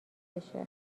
بشه